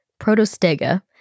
Protostega